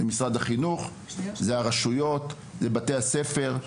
משרד החינוך, הרשויות ובתי הספר.